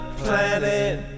planet